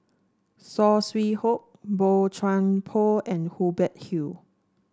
Saw Swee Hock Boey Chuan Poh and Hubert Hill